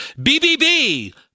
BBB